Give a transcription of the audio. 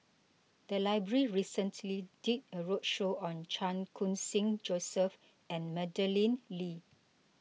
the library recently did a roadshow on Chan Khun Sing Joseph and Madeleine Lee